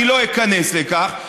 אני לא איכנס לכך.